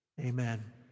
Amen